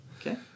Okay